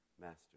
master